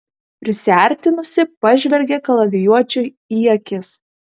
prisiartinusi pažvelgė kalavijuočiui į akis